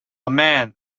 man